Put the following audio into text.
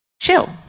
Chill